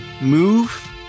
move